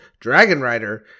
Dragonrider